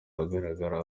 ahagaragara